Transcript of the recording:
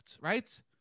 right